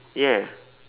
yes